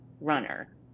runner